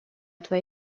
твоя